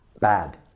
bad